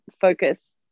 focus